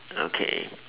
okay